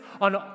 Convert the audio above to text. on